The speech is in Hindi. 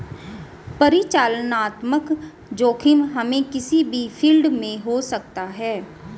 परिचालनात्मक जोखिम हमे किसी भी फील्ड में हो सकता है